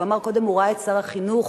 הוא אמר שקודם הוא ראה את שר החינוך